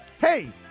Hey